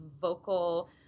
vocal